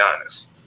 honest